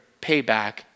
payback